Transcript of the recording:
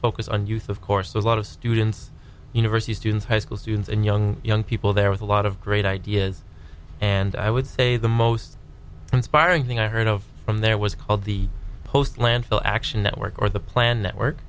focus on youth of course a lot of students university students high school students and young young people there was a lot of great ideas and i would say the most inspiring thing i heard of from there was called the post landfill action network or the planne